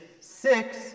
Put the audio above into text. six